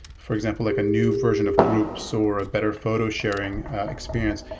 for example, like a new version of groups or a better photo sharing experience,